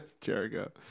Jericho